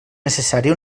necessària